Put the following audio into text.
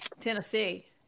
tennessee